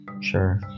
Sure